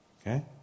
Okay